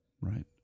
right